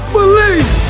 believe